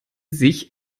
sich